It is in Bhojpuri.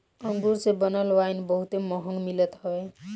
अंगूर से बनल वाइन बहुते महंग मिलत हवे